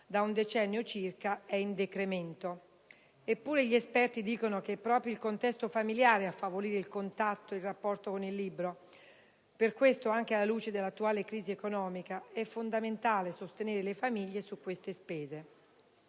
da un decennio circa, è in decremento. Eppure gli esperti sostengono che è proprio il contesto familiare a favorire il contatto e il rapporto con il libro. Per questo, anche alla luce dell'attuale crisi economica, è fondamentale sostenere le famiglie per queste spese.